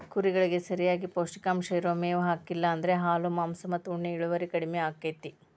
ಕುರಿಗಳಿಗೆ ಸರಿಯಾಗಿ ಪೌಷ್ಟಿಕಾಂಶ ಇರೋ ಮೇವ್ ಹಾಕ್ಲಿಲ್ಲ ಅಂದ್ರ ಹಾಲು ಮಾಂಸ ಮತ್ತ ಉಣ್ಣೆ ಇಳುವರಿ ಕಡಿಮಿ ಆಕ್ಕೆತಿ